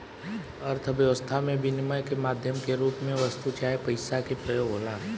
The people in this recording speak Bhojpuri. अर्थव्यस्था में बिनिमय के माध्यम के रूप में वस्तु चाहे पईसा के प्रयोग होला